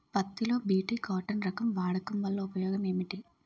పత్తి లో BT cotton రకం వాడకం వల్ల ఉపయోగం ఏమిటి?